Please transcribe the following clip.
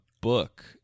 book